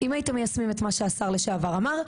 אם הייתם מיישמים את מה השר לשעבר אמר,